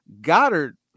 Goddard